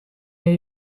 new